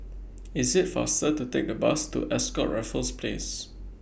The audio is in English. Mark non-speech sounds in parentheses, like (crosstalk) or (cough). (noise) IS IT faster to Take The Bus to Ascott Raffles Place